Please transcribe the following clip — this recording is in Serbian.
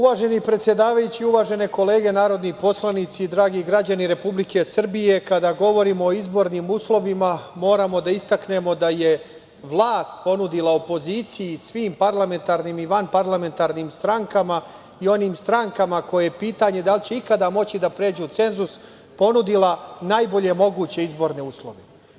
Uvaženi predsedavajući, uvažene kolege narodni poslanici, dragi građani Republike Srbije, kada govorimo o izbornim uslovima, moramo da istaknemo da je vlast ponudila opoziciji, svim parlamentarnim i vanparlamentarnim strankama i onim strankama koje pitanje da li će ikada moći da pređu cenzus, ponudila najbolje moguće izborne uslove.